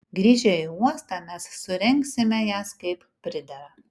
grįžę į uostą mes surengsime jas kaip pridera